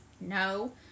No